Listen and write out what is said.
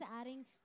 adding